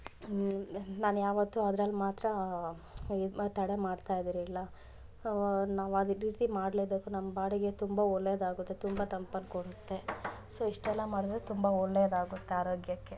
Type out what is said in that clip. ನಾನು ಯಾವತ್ತೂ ಅದ್ರಲ್ಲಿ ಮಾತ್ರ ಇದು ಮ ತಡೆ ಮಾಡ್ತಾಯಿದಿರಿಲ್ಲ ನಾವು ಅದೇ ರೀತಿ ಮಾಡಲೇಬೇಕು ನಮ್ಮ ಬಾಡಿಗೆ ತುಂಬ ಒಳ್ಳೇದಾಗುತ್ತೆ ತುಂಬ ತಂಪನ್ನು ಕೊಡುತ್ತೆ ಸೊ ಇಷ್ಟೆಲ್ಲ ಮಾಡಿದ್ರೆ ತುಂಬ ಒಳ್ಳೇದಾಗುತ್ತೆ ಆರೋಗ್ಯಕ್ಕೆ